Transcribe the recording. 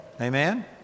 Amen